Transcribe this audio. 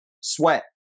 sweat